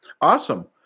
Awesome